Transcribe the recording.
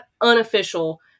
unofficial